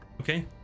okay